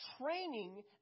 training